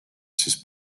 siis